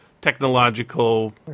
technological